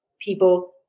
people